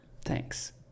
Thanks